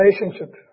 relationship